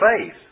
faith